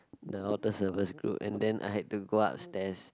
the altar servers group and then I had to go upstairs